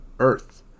Earth